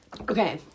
Okay